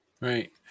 Right